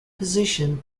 position